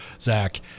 Zach